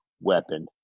weapon